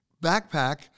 backpack